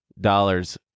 dollars